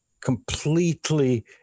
completely